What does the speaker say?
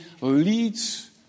leads